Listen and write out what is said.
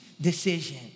decision